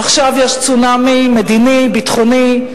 עכשיו יש צונאמי מדיני, ביטחוני.